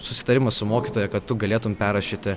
susitarimas su mokytoja kad tu galėtum perrašyti